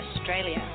Australia